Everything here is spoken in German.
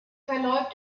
verläuft